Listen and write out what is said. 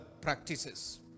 practices